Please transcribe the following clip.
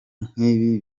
nk’ibi